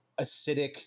acidic